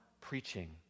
preaching